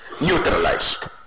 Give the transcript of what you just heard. neutralized